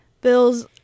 Bills